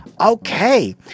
okay